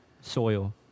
Soil